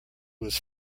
was